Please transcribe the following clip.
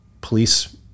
police